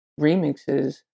remixes